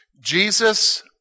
Jesus